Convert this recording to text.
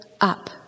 up